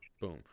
Boom